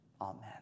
Amen